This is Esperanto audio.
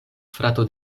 frato